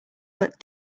that